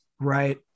Right